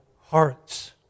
hearts